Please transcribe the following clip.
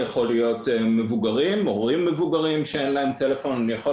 זה יכול להיות הורים מבוגרים שאין להם טלפון וכו'.